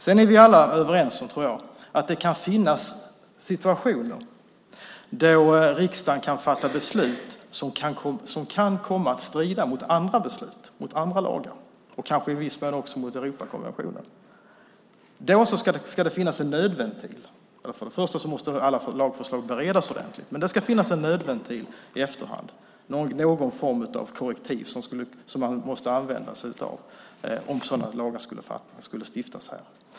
Jag tror att vi alla är överens om att det kan finnas situationer när riksdagen kan fatta beslut som kan komma att strida mot andra beslut och lagar och kanske också i viss mån mot Europakonventionen. Alla lagförslag ska förstås först beredas ordentligt, men det ska finnas en nödventil i efterhand, någon form av korrektiv som man måste använda sig av om sådana lagar skulle stiftas här.